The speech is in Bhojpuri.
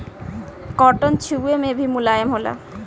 कॉटन छुवे मे भी मुलायम होला